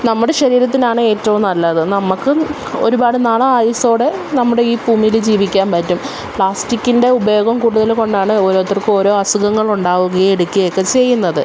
നമ്മുടെ ശരീരത്തിനാണ് ഏറ്റവും നല്ലത് നമുക്കും ഒരുപാട് നാൾ ആയുസ്സോടെ നമ്മുടെയീ ഭൂമിയിൽ ജീവിക്കാൻ പറ്റും പ്ലാസ്റ്റിക്കിന്റെ ഉപയോഗോം കൂടുതൽ കൊണ്ടാണ് ഓരോത്തര്ക്കും ഓരോ അസുഖങ്ങളുണ്ടാവുകേ എടുക്കയൊക്കെ ചെയ്യുന്നത്